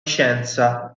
scienza